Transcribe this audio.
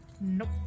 Nope